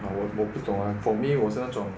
but 我我不懂啊 for me 我是那种